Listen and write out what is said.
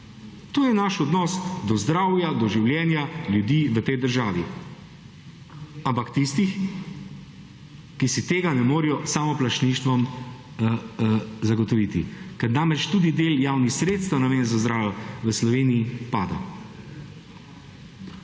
To je naš odnos do zdravja, do življenja ljudi v tej državi, ampak tistih, ki si tega ne morejo s samoplačništvom zagotoviti. Ker namreč tudi del javnih sredstev namenjen za zdravje v Sloveniji pada.